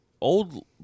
old